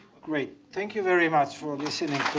great. thank you very much for listening